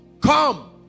Come